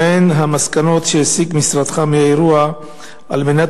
מה הן המסקנות שהסיק משרדך מהאירוע על מנת